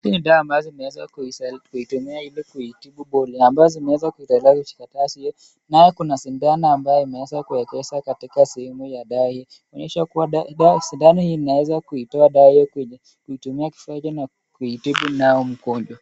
Hizi ni dawa ambazo zimeweza kuitumia ili kutibu polio, ambazo zimeweza kuwekwa juu ya kikaratasi hiyo. Nayo kuna sindano ambayo imeweza kuwekeshwa katika sehemu ya dawa hii, ikionyesha kuwa dawa, sindano hii inaweza kuitoa dawa hiyo kwenye kuitumia kifaa hicho na kumtibu nao mgonjwa.